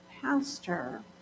pastor